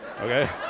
Okay